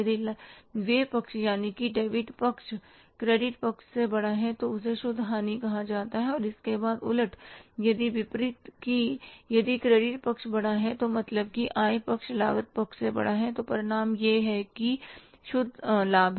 यदि व्यय पक्ष यानी कि डेबिट पक्ष क्रेडिट पक्ष से बड़ा है तो उसे शुद्ध हानि कहा जाता है और इसके उलट यदि इसके विपरीत कि यदि क्रेडिट पक्ष बड़ा है तो मतलब की आय पक्ष लागत पक्ष से बड़ा है तो परिणाम यह है कि शुद्ध लाभ